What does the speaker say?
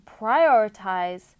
prioritize